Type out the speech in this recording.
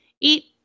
eat